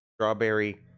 strawberry